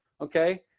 okay